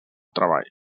treball